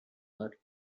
were